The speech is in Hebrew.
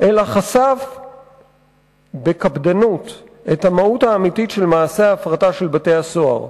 אלא חשף בקפדנות את המהות האמיתית של מעשה ההפרטה של בתי-הסוהר.